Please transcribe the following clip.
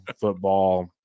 football